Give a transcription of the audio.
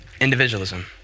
individualism